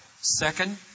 Second